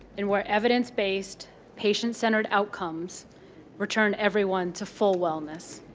and where evidence-based patient-centered outcomes return everyone to full wellness.